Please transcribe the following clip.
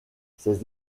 ces